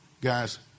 Guys